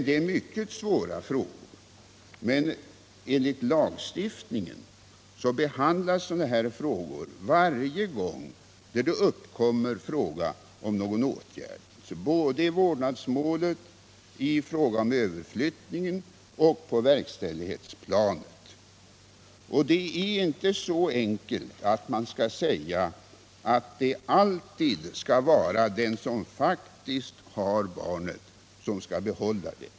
Det är mycket svåra frågor, och enligt lagstiftningen behandlas ärendena så varje gång då det uppkommer fråga om någon åtgärd — både i vårdnadsmålet, i fråga om överflyttningen och på verkställighetsplanet. Det är inte så enkelt att man kan säga att det alltid skall vara den som faktiskt har barnet som skall behålla det.